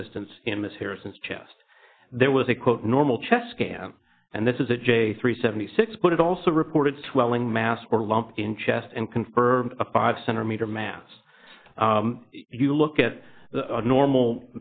existence in this harrison's chest there was a quote normal chest cam and this is a j c three seventy six but it also reported swelling mass or lump in chest and confer a five center meter mass if you look at the normal